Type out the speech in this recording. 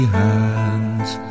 hands